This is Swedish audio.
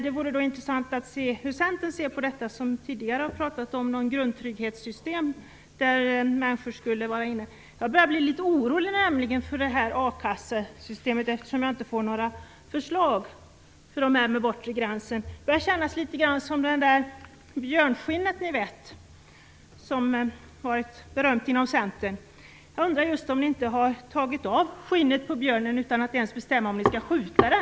Det vore intressant att veta hur Centern ser på detta. Centern har ju tidigare pratat om ett grundtrygghetssystem. Jag börjar nämligen bli litet orolig för a-kassesystemet, eftersom jag inte får några förslag när det gäller problemet med den bortre gränsen. Det börjar kännas litet grand som med det där björnskinnet, som är berömt inom Centern. Jag undrar just om ni inte har tagit av skinnet på björnen utan att ens bestämma om ni skall skjuta den.